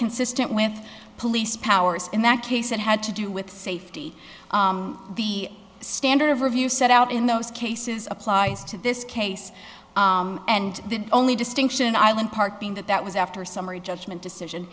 consistent with police powers in that case that had to do with safety the standard of review set out in those cases applies to this case and the only distinction i would park being that that was after summary judgment decision